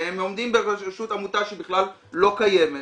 שהם עומדים בראשות עמותה שבכלל לא קיימת,